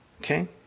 Okay